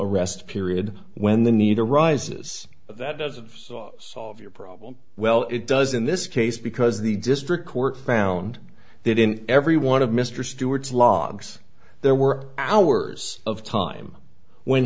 arrest period when the need arises that does of solve your problem well it does in this case because the district court found that in every one of mr stewart's logs there were hours of time when